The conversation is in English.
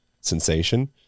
sensation